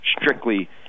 strictly